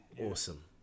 Awesome